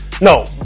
No